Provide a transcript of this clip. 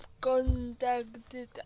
contacted